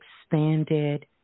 expanded